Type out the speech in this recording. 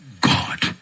God